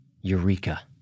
Eureka